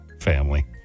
family